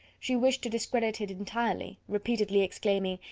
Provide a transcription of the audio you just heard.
she wished to discredit it entirely, repeatedly exclaiming,